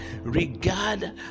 regard